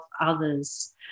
others